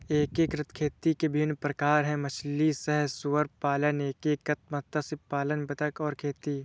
एकीकृत खेती के विभिन्न प्रकार हैं मछली सह सुअर पालन, एकीकृत मत्स्य पालन बतख और खेती